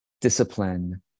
discipline